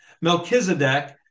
Melchizedek